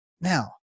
Now